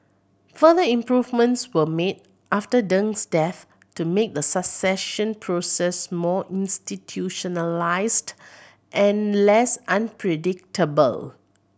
further improvements were made after Deng's death to make the succession process more institutionalised and less unpredictable